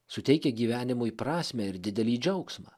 suteikia gyvenimui prasmę ir didelį džiaugsmą